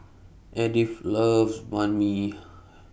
Edith loves Banh MI